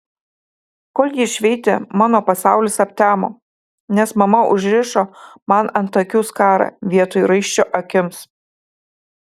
kol ji šveitė mano pasaulis aptemo nes mama užrišo man ant akių skarą vietoj raiščio akims